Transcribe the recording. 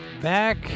Back